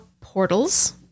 portals